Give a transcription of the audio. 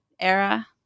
era